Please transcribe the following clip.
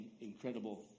incredible